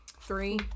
Three